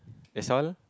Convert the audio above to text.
that's all